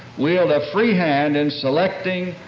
wield a free hand in selecting,